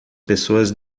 pessoas